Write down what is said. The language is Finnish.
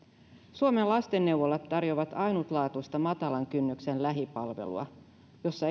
suomen lastenneuvolat tarjoavat ainutlaatuista matalan kynnyksen lähipalvelua jossa